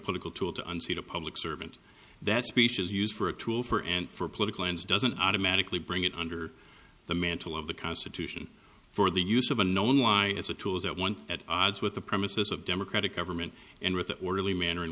political tool to unseat a public servant that speech is used for a tool for and for political ends doesn't automatically bring it under the mantle of the constitution for the use of a known lie as a tools at one at odds with the premises of democratic government and with an orderly manner in